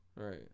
right